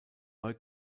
neu